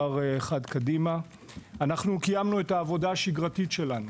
אנחנו קיימנו את העבודה השגרתית שלנו,